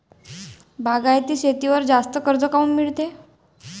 बागायती शेतीवर जास्त कर्ज काऊन मिळते?